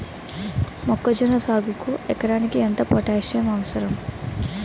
మొక్కజొన్న సాగుకు ఎకరానికి ఎంత పోటాస్సియం అవసరం?